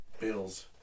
bills